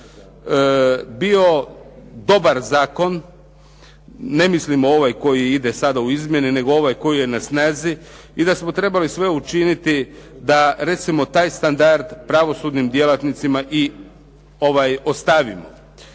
godina, bio dobar zakon. Ne mislim na ovaj koji ide sada u izmjeni, nego ovaj koji je na snazi i da smo trebali recimo sve učiniti da taj standard pravosudnim djelatnicima i ovaj ostavimo.